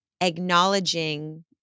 acknowledging